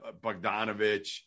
Bogdanovich